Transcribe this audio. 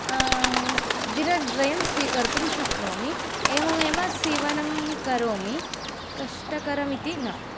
दिनद्वयं स्वीकर्तुं शक्नोमि एवमेव सीवनं करोमि कष्टकरमिति न